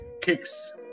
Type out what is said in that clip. Kicks